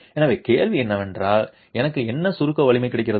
எனவே கேள்வி என்னவென்றால் எனக்கு என்ன சுருக்க வலிமை கிடைக்கிறது